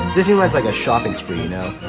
disneyland's like a shopping spree, you know?